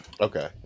Okay